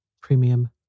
Premium